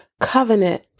covenant